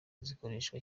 zikoreshwa